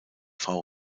frau